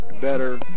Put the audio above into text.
better